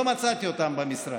לא מצאתי אותם במשרד.